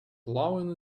plowing